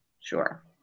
sure